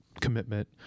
commitment